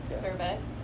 service